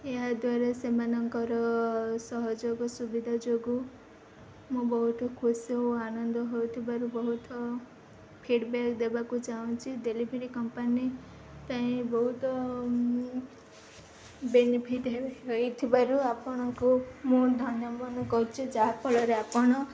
ଏହାଦ୍ୱାରା ସେମାନଙ୍କର ସହଯୋଗ ସୁବିଧା ଯୋଗୁଁ ମୁଁ ବହୁତ ଖୁସି ଓ ଆନନ୍ଦ ହେଉଥିବାରୁ ବହୁତ ଫିଡ଼ବ୍ୟାକ୍ ଦେବାକୁ ଚାହୁଁଛି ଡେଲିଭେରି କମ୍ପାନୀ ପାଇଁ ବହୁତ ବେନିଫିଟ୍ ହେଇଥିବାରୁ ଆପଣଙ୍କୁ ମୁଁ ଧନ୍ୟମନେ କରୁଛି ଯାହାଫଳରେ ଆପଣ